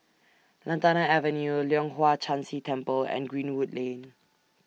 Lantana Avenue Leong Hwa Chan Si Temple and Greenwood Lane